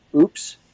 oops